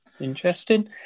Interesting